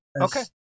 Okay